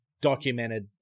documented